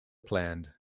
planned